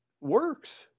works